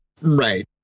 Right